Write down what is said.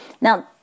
Now